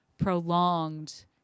prolonged